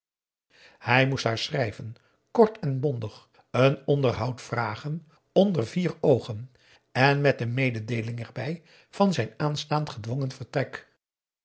hij moest haar schrijven kort en bondig een onderhoud vragen onder vier oogen en met de mededeeling erbij van zijn aanstaand gedwongen vertrek